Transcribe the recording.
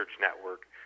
network